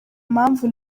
mpamvu